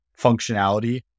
functionality